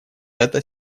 это